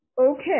Okay